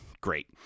great